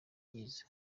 byiza